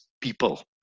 people